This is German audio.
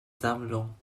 sammlung